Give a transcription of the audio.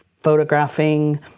photographing